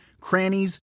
crannies